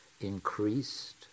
increased